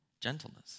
gentleness